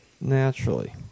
naturally